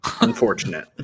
Unfortunate